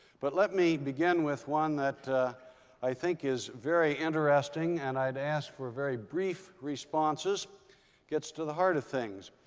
but let me begin with one that i think is very interesting. and i've asked for very brief responses gets to the heart of things.